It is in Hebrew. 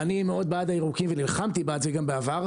ואני מאוד בעד הירוקים וגם נלחמתי בעד זה בעבר,